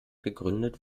gegründet